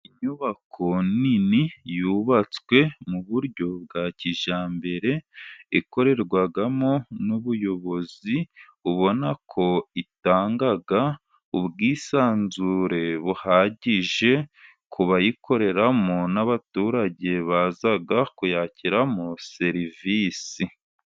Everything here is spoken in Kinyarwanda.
Inyubako nini yubatswe mu buryo bwa kijyambere ikorerwamo n'ubuyobozi, ubona ko itanga ubwisanzure buhagije ku bayikoreramo n'abaturage baza kuyakiramo serivisi.